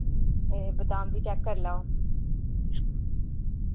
एह् बदाम बी चैक्क कर लाओ